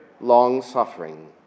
long-suffering